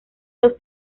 los